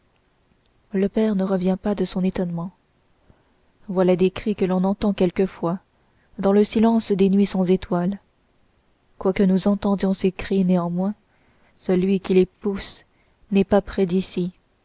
le père ne revient pas de son étonnement voilà des cris que l'on entend quelquefois dans le silence des nuits sans étoiles quoique nous entendions ces cris néanmoins celui qui les pousse n'est pas près d'ici